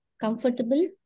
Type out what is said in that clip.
comfortable